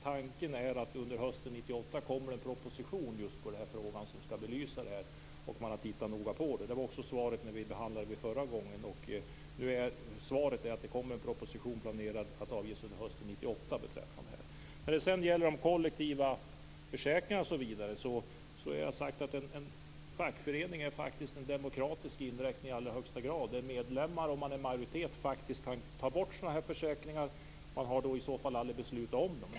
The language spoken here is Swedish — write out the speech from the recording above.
Tanken är att det skall komma en proposition under hösten 1998, som skall belysa frågan. Man har tittat noga på den. Det var också svaret när vi behandlade frågan förra gången. Svaret är alltså att man planerar att avge en proposition under hösten 1998 beträffande denna fråga. När det sedan gäller de kollektiva försäkringarna har jag sagt att en fackförening i allra högsta grad är en demokratisk inrättning. En majoritet av medlemmarna kan ta bort försäkringar som dessa. Man har i så fall aldrig beslutat om dem.